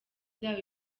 izaba